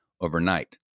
overnight